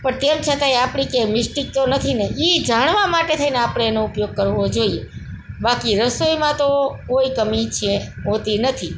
પણ તેમ છતાંય આપણી ક્યાંક મિસ્ટિક તો નથી ને એ જાણવા માટે થઇને આપણે એનો ઉપયોગ કરવો જોઇએ બાકી રસોઈમાં તો કોઇ કમી છે હોતી નથી